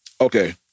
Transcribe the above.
Okay